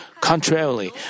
Contrarily